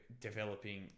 developing